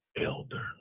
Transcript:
elder